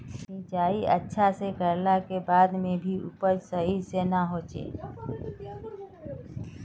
सिंचाई अच्छा से कर ला के बाद में भी उपज सही से ना होय?